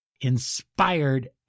Inspired